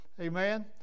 Amen